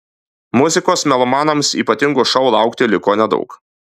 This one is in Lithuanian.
muzikos melomanams ypatingo šou laukti liko nedaug